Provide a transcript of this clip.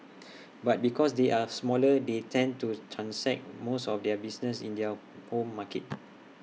but because they are smaller they tend to transact most of their business in their home markets